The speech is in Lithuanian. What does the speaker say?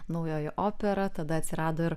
naujoji opera tada atsirado ir